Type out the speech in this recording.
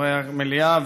חברי המליאה,